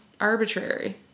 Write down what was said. arbitrary